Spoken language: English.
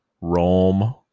Rome